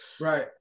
Right